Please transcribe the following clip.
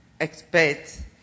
expect